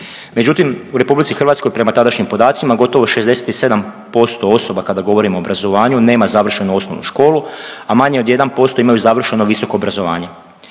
Međutim, u RH prema tadašnjim podacima, gotovo 67% osoba, kada govorimo o obrazovanju, nema završeno osnovnu školu, a manje od 1% imaju završeno visoko obrazovanje.